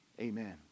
Amen